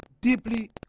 deeply